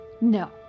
No